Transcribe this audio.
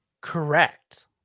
correct